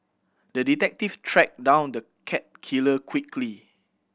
the detective tracked down the cat killer quickly